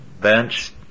bench